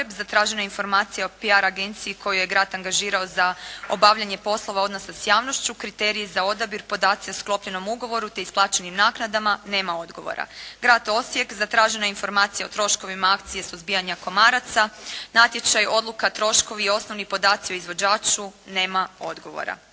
zatražena je informacije o PR agenciji koju je grad angažirao za obavljanje poslova odnosa s javnošću, kriteriji za odabir, podaci o sklopljenom ugovoru, te isplaćenim naknadama. Nema odgovora. Grad Osijek, zatražena je informacija o troškovima akcije suzbijanja komaraca, natječaj, odluka, troškovi i osnovni podaci o izvođaču. Nema odgovora.